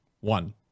one